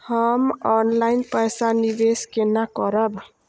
हम ऑनलाइन पैसा निवेश केना करब?